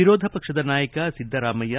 ವಿರೋಧ ಪಕ್ಷದ ನಾಯಕ ಸಿದ್ದರಾಮಯ್ಯ